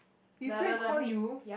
we prank call you